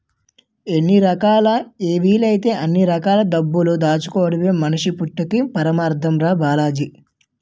ఎన్ని రకాలా వీలైతే అన్ని రకాల డబ్బులు దాచుకోడమే మనిషి పుట్టక్కి పరమాద్దం రా బాలాజీ